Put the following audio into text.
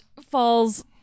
falls